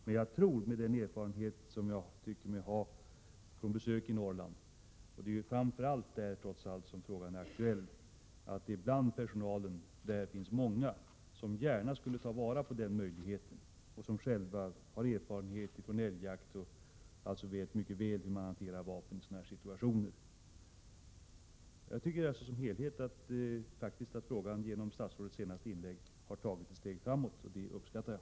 Men jag tror, med den erfarenhet som jag tycker mig ha från besök i Norrland — och det är ju framför allt där som saken är aktuell — att det inom personalen finns många som gärna skulle ta vara på denna möjlighet, som själva har erfarenhet från älgjakt och som mycket väl vet hur man hanterar vapen i sådana här situationer. Jag tycker att det genom statsrådets senaste inlägg har tagits ett steg framåt i frågan som helhet, och det uppskattar jag.